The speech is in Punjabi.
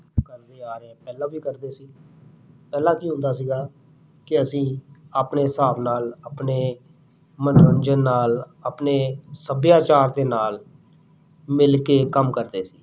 ਕਰਦੇ ਆ ਰਹੇ ਹਾਂ ਪਹਿਲਾਂ ਵੀ ਕਰਦੇ ਸੀ ਪਹਿਲਾਂ ਕੀ ਹੁੰਦਾ ਸੀਗਾ ਕਿ ਅਸੀਂ ਆਪਣੇ ਹਿਸਾਬ ਨਾਲ ਆਪਣੇ ਮਨੋਰੋਜਨ ਨਾਲ਼ ਆਪਣੇ ਸੱਭਿਆਚਾਰ ਦੇ ਨਾਲ਼ ਮਿਲ ਕੇ ਕੰਮ ਕਰਦੇ ਸੀ